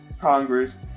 Congress